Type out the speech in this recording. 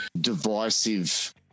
divisive